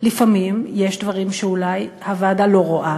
לפעמים יש דברים שאולי הוועדה לא רואה